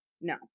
no